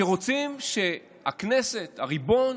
שרוצים שהכנסת, הריבון,